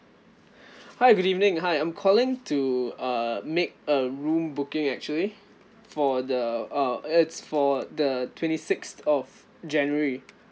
hi good evening hi I'm calling to uh make a room booking actually for the uh it's for the twenty six of january